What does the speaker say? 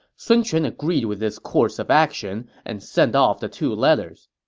sun quan agreed with this course of action and sent off the two letters.